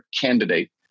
candidate